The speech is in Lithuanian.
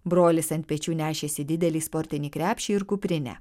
brolis ant pečių nešėsi didelį sportinį krepšį ir kuprinę